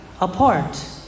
apart